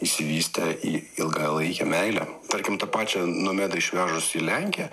išsivystė į ilgalaikę meilę tarkim tą pačią nomedą išvežus į lenkiją